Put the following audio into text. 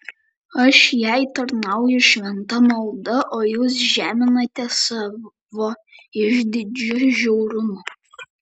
aš jai tarnauju šventa malda o jūs žeminate savo išdidžiu žiaurumu